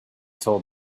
told